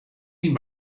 mean